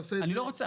שוב,